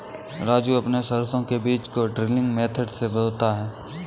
राजू अपने सरसों के बीज को ड्रिलिंग मेथड से बोता है